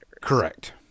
Correct